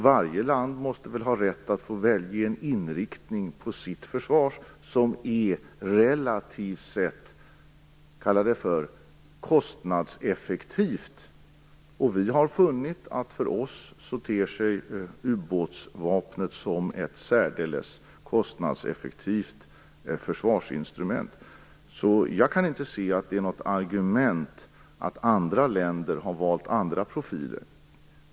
Varje land måste ha rätt att välja en inriktning på sitt försvar som är relativt sett kostnadseffektivt. Vi har funnit att för oss ter sig ubåtsvapnet som ett särdeles kostnadseffektivt försvarsinstrument. Jag kan inte se att det är något argument att andra länder har valt andra profiler.